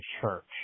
church